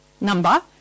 number